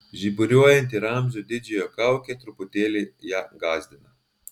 žiburiuojanti ramzio didžiojo kaukė truputėlį ją gąsdino